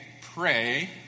pray